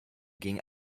gegen